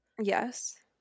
Yes